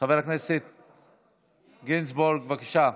חבר הכנסת גינזבורג, בבקשה.